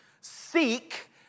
Seek